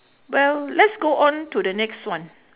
well let's go on to the next one